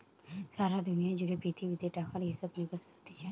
সারা দুনিয়া জুড়ে পৃথিবীতে টাকার হিসাব নিকাস হতিছে